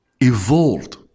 evolved